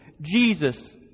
Jesus